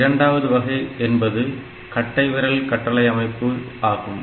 இரண்டாவது வகை என்பது கட்டைவிரல் கட்டளை அமைப்பு ஆகும்